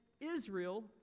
Israel